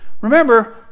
remember